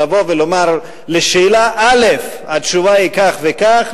לבוא ולומר: לשאלה א' התשובה היא כך וכך,